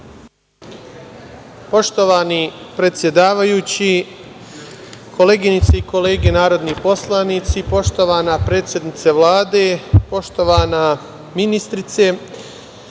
Poštovani predsedavajući, koleginice i kolege narodni poslanici, poštovana predsednice Vlade, poštovana ministrice,